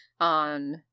on